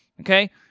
Okay